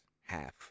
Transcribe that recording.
half